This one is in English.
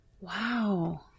Wow